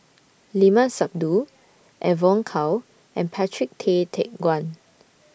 Limat Sabtu Evon Kow and Patrick Tay Teck Guan